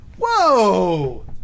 whoa